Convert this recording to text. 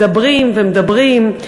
מדברים ומדברים,